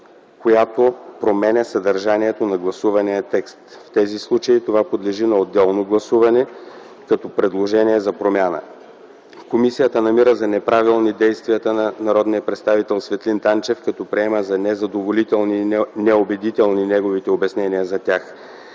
която променя съдържанието на гласувания текст. В тези случаи това подлежи на отделно гласуване като предложение за промяна. 2. Комисията намира за неправилни действията на народния представител Светлин Танчев, като приема за незадоволителни и неубедителни неговите обяснения за тях.